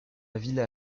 villa